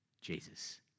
Jesus